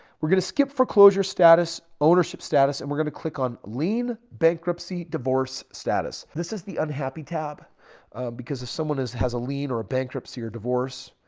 we're going to skip foreclosure status. ownership status and we're going to click on lien, bankruptcy, divorce status. this is the unhappy tab because if someone is has a lien or a bankruptcy or divorce.